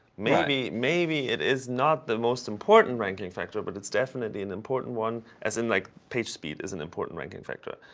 maybe maybe it is not the most important ranking factor. but it's definitely an important one as in like page speed is an important ranking factor.